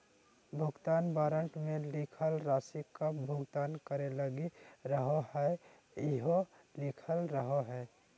भुगतान वारन्ट मे लिखल राशि कब भुगतान करे लगी रहोहाई इहो लिखल रहो हय